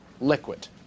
liquid